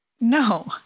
no